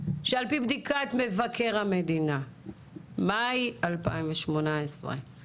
שלפי בדיקת מבקר המדינה במאי 2018,